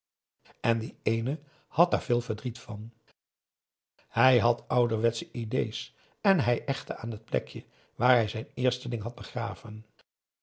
en die ééne had daar veel verdriet van hij had ouderwetsche idées en hij hechtte aan het plekje waar hij zijn eersteling had begraven